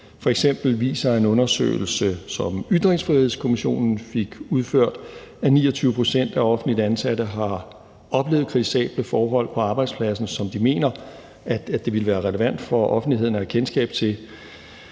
viser en undersøgelse, som Ytringsfrihedskommissionen fik udført, at 29 pct. af offentligt ansatte har oplevet kritisable forhold på arbejdspladsen, som de mener det ville være relevant for offentligheden at have kendskab til,